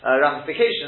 ramifications